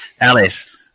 Alice